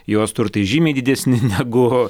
jos tai žymiai didesni negu